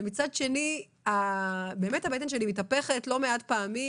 ומצד שני הבטן שלי מתהפכת לא מעט פעמים.